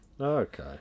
Okay